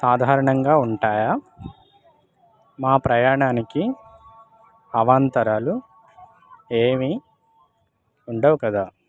సాధారణంగా ఉంటాయా మా ప్రయాణానికి అవాంతరాలు ఏమి ఉండవు కదా